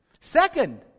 Second